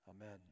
Amen